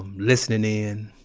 listening in.